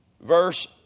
verse